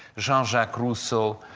jean-jacques rousseau,